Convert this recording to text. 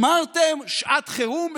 אמרתם שעת חירום,